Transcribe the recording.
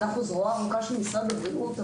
אנחנו זרועו הארוכה של משרד הבריאות,